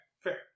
Fair